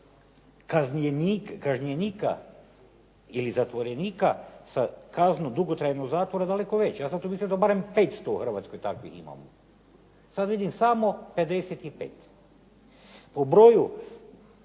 kažnjenika ili zatvorenika sa kaznom dugotrajnog zatvora daleko veća. Ja sam tu mislio da barem 500 u Hrvatskoj takvih imamo. Sad vidim samo 55. Po broju